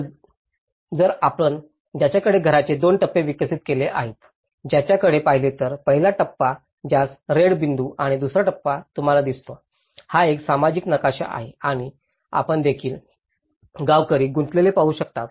तर जर आपण त्यांच्याकडे घरांचे दोन टप्पे विकसित केले आहेत ज्यांचेकडे पाहिले तर पहिला टप्पा ज्यास रेड बिंदू आणि दुसरा टप्पा तुम्हाला दिसतो हा एक सामाजिक नकाशा आहे आणि आपण देखील गावकरी गुंतलेले पाहू शकता